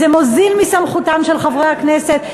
זה מוזיל מסמכותם של חברי הכנסת.